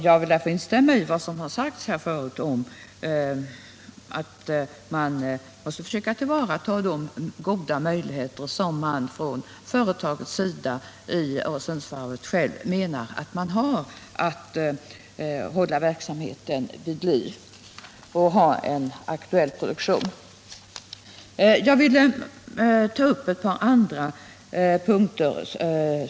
Jag vill därför instämma i vad som har sagts här tidigare om att man måste försöka tillvarata de goda möjligheter för att hålla verksamheten vid liv med en aktuell produktion som enligt Öresundsvarvets mening finns.